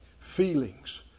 feelings